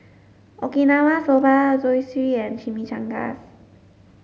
Okinawa Soba Zosui and Chimichangas